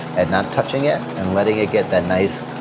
and not touching it, and letting it get that nice